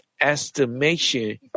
estimation